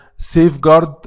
safeguard